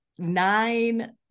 nine